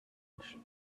edge